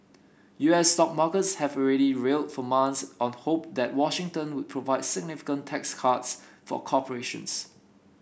U S stock markets have already rallied for months on hope that Washington would provide significant tax cuts for corporations